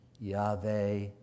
Yahweh